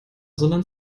sondern